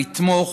לתמוך,